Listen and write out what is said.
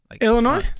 Illinois